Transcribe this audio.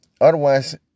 otherwise